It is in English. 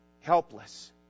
Helpless